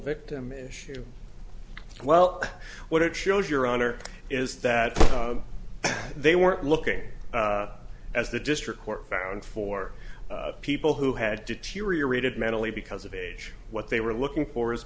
victim issue well what it shows your honor is that they weren't looking as the district court found for people who had deteriorated mentally because of age what they were looking for is